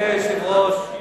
אדוני היושב-ראש,